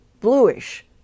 bluish